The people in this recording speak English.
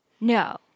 No